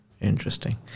interesting